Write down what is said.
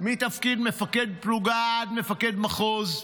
מתפקיד מפקד פלוגה, עד מפקד מחוז,